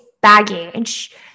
baggage